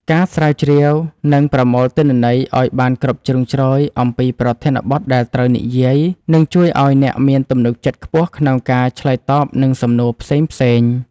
ការស្រាវជ្រាវ និងប្រមូលទិន្នន័យឱ្យបានគ្រប់ជ្រុងជ្រោយអំពីប្រធានបទដែលត្រូវនិយាយ នឹងជួយឱ្យអ្នកមានទំនុកចិត្តខ្ពស់ក្នុងការឆ្លើយតបនឹងសំណួរផ្សេងៗ។